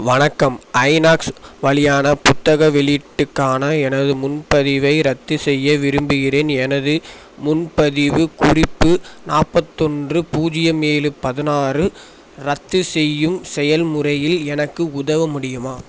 வணக்கம் ஐநாக்ஸ் வழியான புத்தக வெளியீட்டுக்கான எனது முன்பதிவை ரத்து செய்ய விரும்புகிறேன் எனது முன்பதிவு குறிப்பு நாற்பத்தொன்று பூஜ்ஜியம் ஏழு பதினாறு ரத்து செய்யும் செயல்முறையில் எனக்கு உதவ முடியுமா